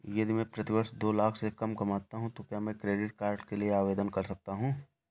यदि मैं प्रति वर्ष दो लाख से कम कमाता हूँ तो क्या मैं क्रेडिट कार्ड के लिए आवेदन कर सकता हूँ?